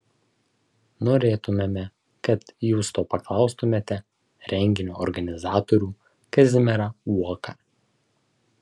norėtumėme kad jūs to paklaustumėte renginio organizatorių kazimierą uoką